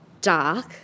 dark